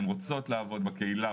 הן רוצות לעבוד בקהילה,